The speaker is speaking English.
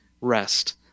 rest